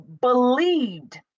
believed